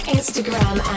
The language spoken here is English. Instagram